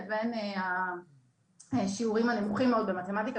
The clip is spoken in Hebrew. לבין השיעורים הנמוכים מאוד במתמטיקה,